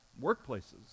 workplaces